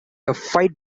fight